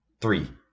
Three